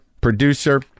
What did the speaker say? producer